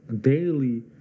daily